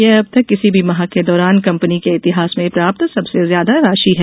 यह अब तक किसी भी माह के दौरान कंपनी के इतिहास में प्राप्त सबसे ज्यादा राशि हैं